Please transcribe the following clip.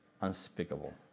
unspeakable